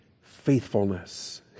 faithfulness